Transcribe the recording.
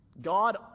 God